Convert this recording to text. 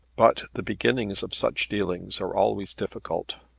but the beginnings of such dealings are always difficult.